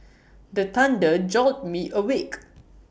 the thunder jolt me awake